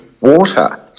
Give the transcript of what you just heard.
water